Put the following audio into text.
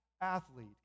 athlete